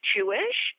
Jewish